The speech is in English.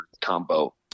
combo